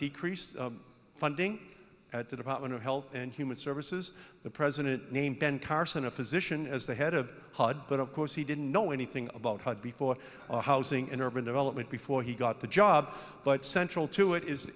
decrease funding at the department of health and human services the president named ben carson a physician as the head of hud but of course he didn't know anything about before the housing and urban development before he got the job but central to it is